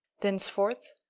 Thenceforth